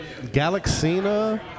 Galaxina